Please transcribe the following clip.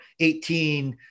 18